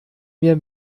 mir